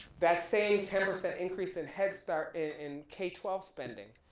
that same ten percent increase in headstart in k twelve spending,